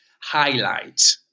highlight